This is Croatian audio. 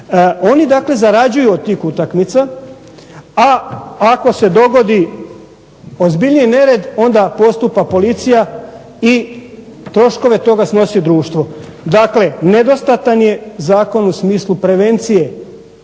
Oni dakle zarađuju od tih utakmica a ako se dogodi ozbiljniji nered onda postupa policija i troškove toga snosi društvo. Dakle, nedostatan je zakon u smislu prevencije